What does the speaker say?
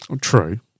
True